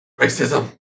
racism